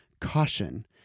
caution